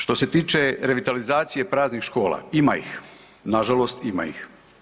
Što se tiče revitalizacije praznih škola, ima ih, nažalost ima ih.